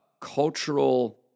cultural